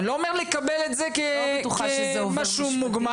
אני לא אומר לקבל את זה כמשהו מוגמר.